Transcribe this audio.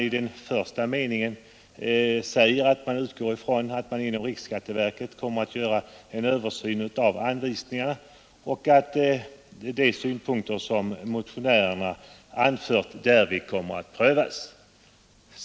I den första meningen sägs, att man utgår från att riksskatteverket kommer att göra en översyn av anvisningarna och att de synpunkter som motionärerna anfört därvid kommer att prövas.